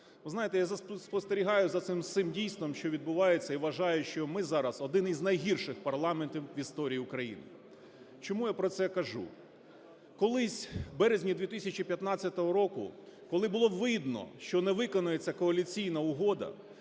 Ви знаєте, я спостерігаю за цим всім дійством, що відбувається, і вважаю, що ми зараз – один із найгірших парламентів в історії України. Чому я про це кажу? Колись, в березні 2015 року, коли було видно, що не виконається Коаліційна угода,